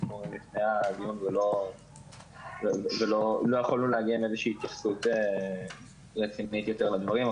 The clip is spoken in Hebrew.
פנייה לפני הדיון ולא יכולנו לעגן איזושהי התייחסות רצינית לדברים.